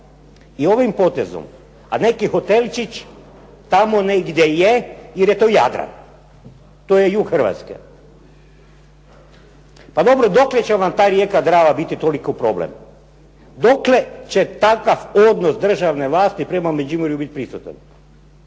i ovim potezom, a neki hotelčić tamo negdje je jer je to Jadran, to je jug Hrvatske. Pa dobro dokle će vam ta rijeka Drava biti toliko problem? Dokle će takav odnos državne vlasti prema Međimurju biti prisutan